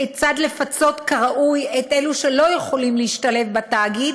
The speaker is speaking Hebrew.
כיצד לפצות כראוי את אלו שלא יכולים להשתלב בתאגיד